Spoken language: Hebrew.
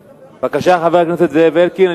בבקשה, חבר הכנסת זאב אלקין.